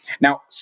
Now